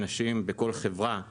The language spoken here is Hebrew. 2.5 בממוצע אנשים בחברות הייטק ישראליות,